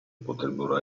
potrebbero